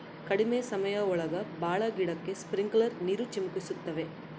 ಕಡ್ಮೆ ಸಮಯ ಒಳಗ ಭಾಳ ಗಿಡಕ್ಕೆ ಸ್ಪ್ರಿಂಕ್ಲರ್ ನೀರ್ ಚಿಮುಕಿಸ್ತವೆ